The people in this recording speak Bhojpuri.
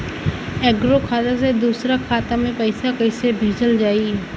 एगो खाता से दूसरा खाता मे पैसा कइसे भेजल जाई?